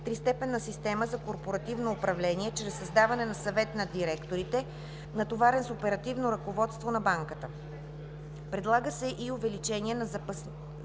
тристепенна система за корпоративно управление чрез създаване на съвет на директорите, натоварен с оперативното ръководство на банката. Предлага се и увеличение на записания